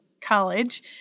college